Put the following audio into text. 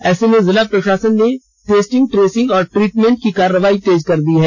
ऐसे में जिला प्रशासन ने टेस्टिंग ट्रेसिंग और ट्रीटमेंट की कार्रवाई तेज कर दी है